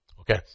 Okay